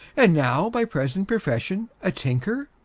and now by present profession a tinker?